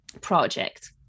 project